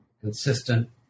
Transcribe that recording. consistent